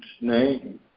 name